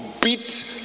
beat